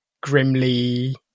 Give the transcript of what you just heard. grimly